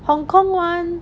hong-kong [one]